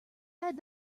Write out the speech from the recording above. had